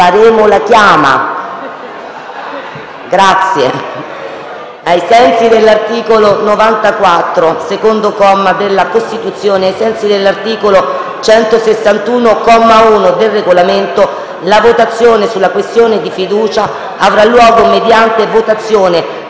fiducia. Ai sensi dell'articolo 94, secondo comma, della Costituzione e ai sensi dell'articolo 161, comma 1, del Regolamento, la votazione sulla questione di fiducia avrà luogo mediante votazione nominale con appello.